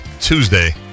Tuesday